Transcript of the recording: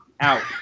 Out